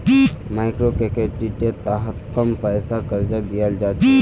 मइक्रोक्रेडिटेर तहत कम पैसार कर्ज दियाल जा छे